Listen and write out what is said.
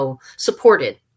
supported